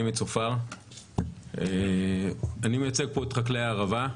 אני מצופר ואני מייצג פה את חקלאי הערבה.